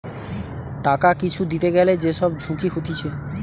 টাকা কিছু দিতে গ্যালে যে সব ঝুঁকি হতিছে